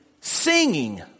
singing